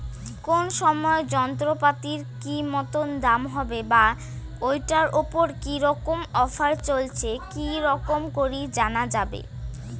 কোন সময় যন্ত্রপাতির কি মতন দাম হবে বা ঐটার উপর কি রকম অফার চলছে কি রকম করি জানা যাবে?